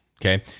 Okay